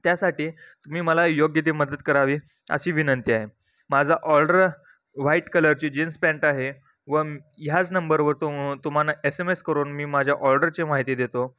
त्यासाठी तुम्ही मला योग्य ती मदत करावी अशी विनंती आहे माझा ऑर्डर व्हाईट कलरची जीन्स पॅन्ट आहे व ह्याच नंबरवर तुम तुम्हाला एस एम एस करून मी माझ्या ऑर्डरची माहिती देतो